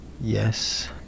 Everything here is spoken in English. Yes